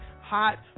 hot